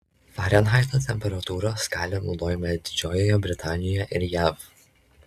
farenheito temperatūros skalė naudojama didžiojoje britanijoje ir jav